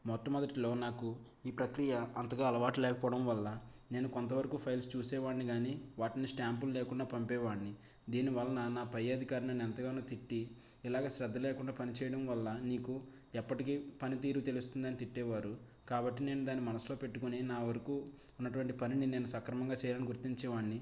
మొట్టమొదటిలో నాకు ఈ ప్రక్రియ అంతగా అలవాటు లేకపోవడం వల్ల నేను కొంత వరకు ఫైల్స్ చూసేవాడిని గాని వాటిని స్టాంపులు లేకుండా పంపేవాడిని దీని వలన నా పై అధికారి ఎంతగానో తిట్టి ఇలాగ శ్రద్ధ లేకుండా పనిచేయడం వల్ల నీకు ఎప్పటికీ పనితీరు తెలుస్తుంది అని తిట్టేవారు కాబట్టి నేను దాన్ని మనసులో పెట్టుకొని నా వరకు ఉన్నటువంటి పనిని నేను సక్రమంగా చేయాలని గుర్తించే వాన్ని